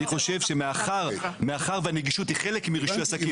אני חושב שמאחר שהנגישות היא חלק מרישוי עסקים